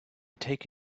take